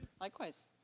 Likewise